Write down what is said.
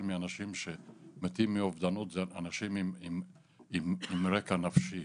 מאנשים שמתים מאובדנות זה אנשים עם רקע נפשי